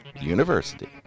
University